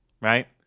right